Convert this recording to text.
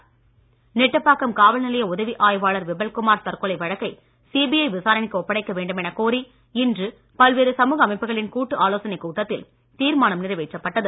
கோரிக்கை நெட்டப்பாக்கம் காவல்நிலைய உதவி ஆய்வாளர் விபல் குமார் தற்கொலை வழக்கை சிபிஐ விசாரணைக்கு ஒப்படைக்க வேண்டுமெனக் கோரி இன்று பல்வேறு சமூக அமைப்புகளின் கூட்டு ஆலோசனைக் கூட்டத்தில் தீர்மானம் நிறைவேற்றப்பட்டது